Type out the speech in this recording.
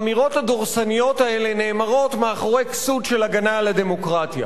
האמירות הדורסניות האלה נאמרות מאחורי כסות של הגנה על הדמוקרטיה.